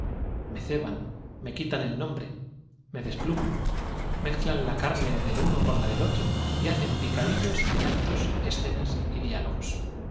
me ceban me quitan el nombre me despluman mezclan la carne del uno con la del otro y hacen picadillos en actos escenas y diálogos